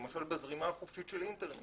למשל בזרימה החופשית של אינטרנט.